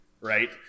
right